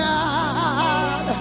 God